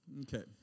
Okay